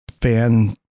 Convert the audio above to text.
fan